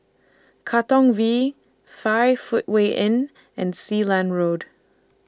Katong V five Footway Inn and Sealand Road